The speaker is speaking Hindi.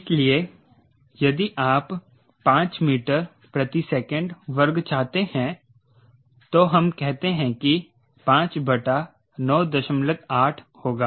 इसलिए यदि आप 5 मीटर प्रति सेकंड वर्ग चाहते हैं तो हम कहते हैं कि 5 98 होगा